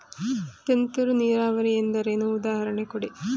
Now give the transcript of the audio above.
ತುಂತುರು ನೀರಾವರಿ ಎಂದರೇನು, ಉದಾಹರಣೆ ಕೊಡಿ?